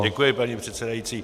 Děkuji, pane předsedající.